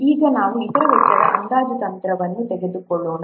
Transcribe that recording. ಈಗ ನಾವು ಇತರ ವೆಚ್ಚದ ಅಂದಾಜು ತಂತ್ರವನ್ನು ತೆಗೆದುಕೊಳ್ಳೋಣ